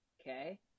Okay